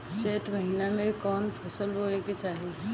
चैत महीना में कवन फशल बोए के चाही?